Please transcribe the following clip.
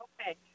Okay